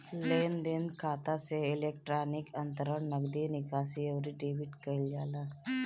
लेनदेन खाता से इलेक्ट्रोनिक अंतरण, नगदी निकासी, अउरी डेबिट कईल जाला